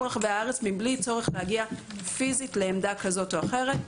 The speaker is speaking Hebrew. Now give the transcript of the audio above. רחבי הארץ מבלי צורך להגיע פיזית לעמדה כזאת או אחרת.